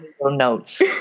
notes